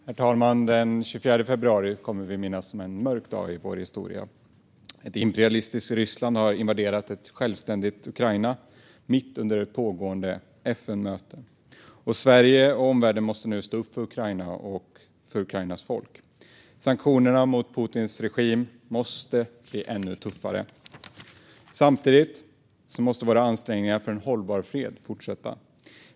Herr talman! Den 24 februari kommer vi att minnas som en mörk dag i vår historia. Ett imperialistiskt Ryssland har invaderat ett självständigt Ukraina mitt under pågående FN-möte. Sverige och omvärlden måste nu stå upp för Ukraina och dess folk. Sanktionerna mot Putins regim måste bli ännu tuffare. Samtidigt måste våra ansträngningar för en hållbar fred fortsätta.